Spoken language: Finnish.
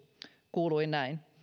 kuului näin